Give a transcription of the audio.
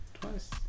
Twice